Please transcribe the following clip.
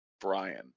brian